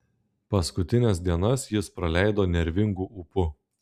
paskutines dienas jis praleido nervingu ūpu